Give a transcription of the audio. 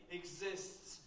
exists